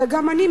וגם אני,